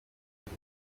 iyi